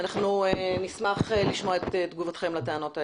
אנחנו נשמח לשמוע את תגובתכן לטענות האלה.